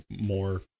more